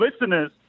listeners